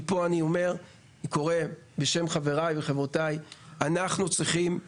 מפה אני קורא ואומר בשם חבריי וחברותיי, וגם